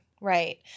Right